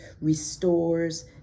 restores